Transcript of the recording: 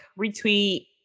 retweet